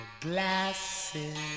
glasses